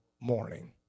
morning